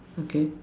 okay